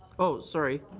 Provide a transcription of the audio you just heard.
oh, sorry.